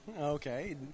Okay